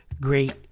great